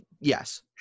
Yes